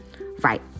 Right